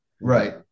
right